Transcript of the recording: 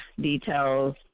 details